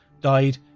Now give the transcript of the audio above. died